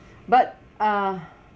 but ah